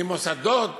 ממוסדות